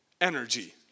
energy